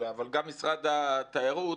אבל גם משרד התיירות,